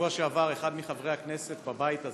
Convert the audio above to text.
בשבוע שעבר אחד מחברי הכנסת בבית הזה,